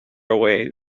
away